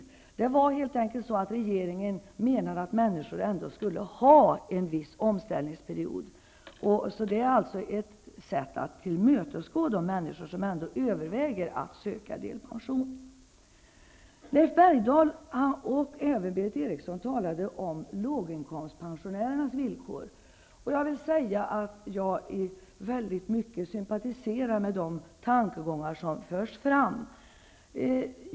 Regeringen har helt enkelt menat att människor skall ha en viss omställningsperiod. Det är alltså fråga om ett sätt att tillmötesgå önskemålen från de människor som ändå överväger att ansöka om delpension. Leif Bergdahl och Berith Eriksson talade också om låginkomstpensionärernas villkor. Jag vill framhålla att jag väldigt mycket sympatiserar med de tankegångar som förs fram.